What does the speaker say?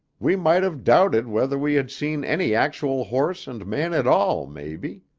we might have doubted whether we had seen any actual horse and man at all, maybe.